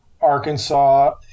arkansas